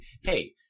hey